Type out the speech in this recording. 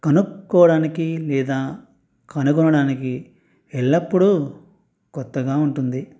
కనుక్కోవడానికి లేదా కనుగొనడానికి ఎల్లప్పుడు కొత్తగా ఉంటుంది